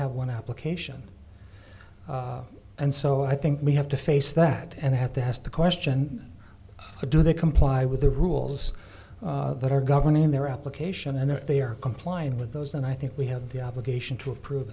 have one application and so i think we have to face that and have to ask the question do they comply with the rules that are governing their application and if they are complying with those and i think we have the obligation to approve